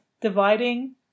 dividing